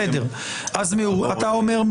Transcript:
בסדר אז אתה אומר,